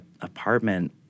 apartment